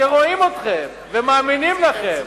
שרואים אתכם ומאמינים לכם.